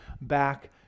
back